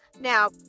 Now